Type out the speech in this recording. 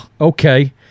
Okay